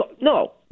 No